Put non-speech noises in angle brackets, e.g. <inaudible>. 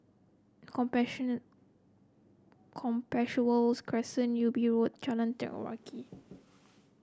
<unintelligible> Compassvale Crescent Ubi Road Jalan Telawi